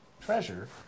treasure